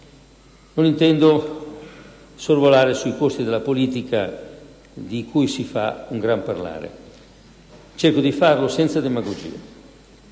Non intendo sorvolare sui costi della politica, di cui si fa un gran parlare. Cerco di farlo senza demagogia.